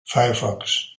firefox